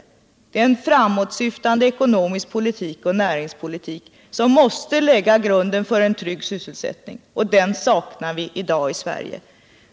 Det måste finnas en framåtsyftande ekonomisk politik och en näringspolitik som lägger grunden för en trygg sysselsättning, och den saknar vi i dag i Sverige.